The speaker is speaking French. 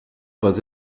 pas